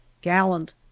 gallant